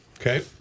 Okay